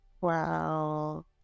Wow